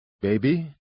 Baby